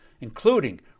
including